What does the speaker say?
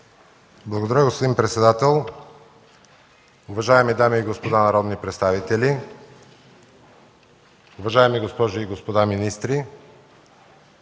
Благодаря, господин председател. Уважаеми дами и господа народни представители, уважаеми госпожи и господа министри!